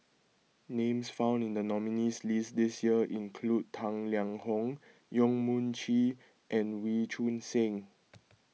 names found in the nominees' list this year include Tang Liang Hong Yong Mun Chee and Wee Choon Seng